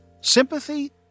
sympathy